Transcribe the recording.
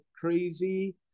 crazy